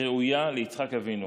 ראויה ליצחק אבינו,